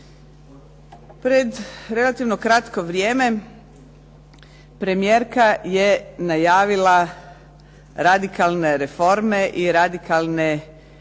Pred relativno kratko vrijeme premijerka je najavila radikalne reforme i radikalne rezove